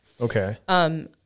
Okay